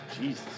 Jesus